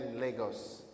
Lagos